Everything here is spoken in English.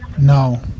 No